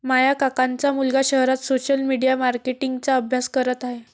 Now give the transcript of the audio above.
माझ्या काकांचा मुलगा शहरात सोशल मीडिया मार्केटिंग चा अभ्यास करत आहे